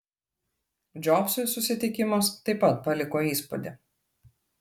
džobsui susitikimas taip pat paliko įspūdį